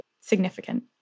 significant